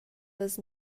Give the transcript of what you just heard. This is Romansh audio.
las